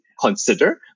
consider